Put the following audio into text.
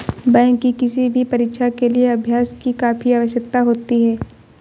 bank की किसी भी परीक्षा के लिए अभ्यास की काफी आवश्यकता होती है